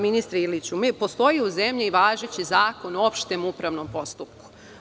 Ministre Iliću, postoji u zemlji važeći Zakon o opštem upravnom postupku.